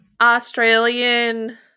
Australian